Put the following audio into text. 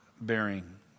bearing